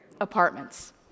apartments